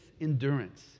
endurance